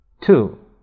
Two